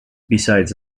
besides